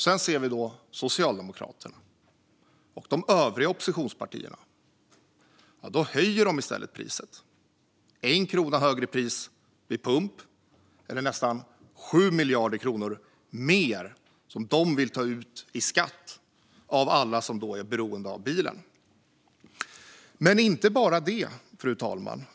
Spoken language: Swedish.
Sedan ser vi att Socialdemokraterna och de övriga oppositionspartierna i stället höjer priset - en krona högre pris vid pump, eller nästan 7 miljarder mer som de vill ta ut i skatt av alla som är beroende av bilen. Men det är inte bara det, fru talman.